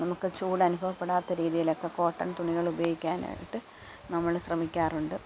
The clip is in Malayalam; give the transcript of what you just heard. നമുക്ക് ചൂട് അനുഭവപ്പെടാത്ത രീതിയിലൊക്കെ കോട്ടൻ തുണികൾ ഉപയോഗിക്കാൻ ആയിട്ട് നമ്മള് ശ്രമിക്കാറുണ്ട്